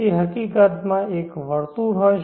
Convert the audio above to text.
તે હકીકતમાં એક વર્તુળ હશે